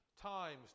times